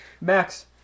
Max